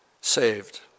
saved